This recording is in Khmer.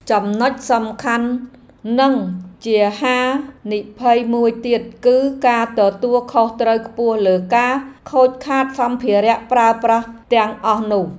ចំណុចសំខាន់និងជាហានិភ័យមួយទៀតគឺការទទួលខុសត្រូវខ្ពស់លើការខូចខាតសម្ភារៈប្រើប្រាស់ទាំងអស់នោះ។